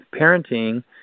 parenting